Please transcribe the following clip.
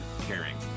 caring